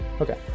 Okay